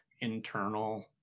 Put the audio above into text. internal